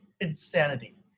insanity